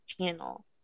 channel